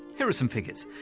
here are some figures.